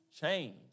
change